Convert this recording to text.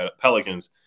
Pelicans